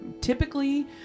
typically